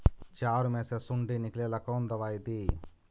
चाउर में से सुंडी निकले ला कौन दवाई दी?